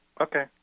okay